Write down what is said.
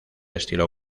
estilo